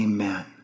Amen